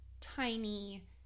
tiny